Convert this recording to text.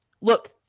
look